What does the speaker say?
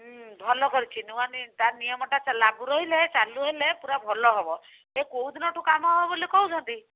ହୁଁ ଭଲ କରିଛି ନୂଆ ନି ତା' ନିୟମଟା ଲାଗୁ ରହିଲେ ଚାଲୁ ହେଲେ ପୁରା ଭଲ ହବ ଏ କେଉଁ ଦିନଠୁ କାମ ହବ ବୋଲି କହୁଛନ୍ତି